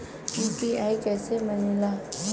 UPI कईसे बनेला?